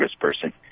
congressperson